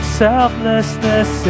selflessness